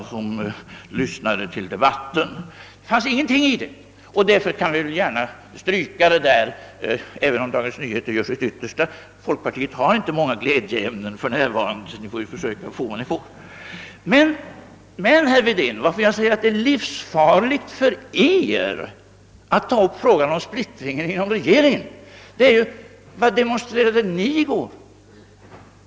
Därför kan vi stryka ett streck över detta, även om Dagens Nyheter gör sitt yttersta för att framhålla denna motsättning — folkpartiet har ju för närvarande inte så många glädjeämnen och får försöka göra något av det som man kan finna. Men, herr Wedén, anledningen till att jag framhåller att det är livsfarligt för er att ta upp frågan om splittringen inom regeringen framgick av gårdagens debatt. Vad demonstrerade ni då?